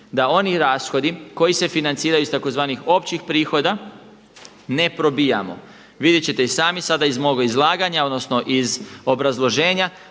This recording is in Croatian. da oni rashodi koji se financiraju iz tzv. općih prihoda ne probijamo. Vidjet ćete i sami sada iz moga izlaganja, odnosno iz obrazloženja